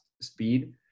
speed